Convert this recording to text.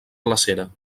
glacera